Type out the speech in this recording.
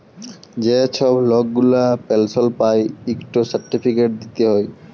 যে ছব লক গুলা পেলশল পায় ইকট সার্টিফিকেট দিতে হ্যয়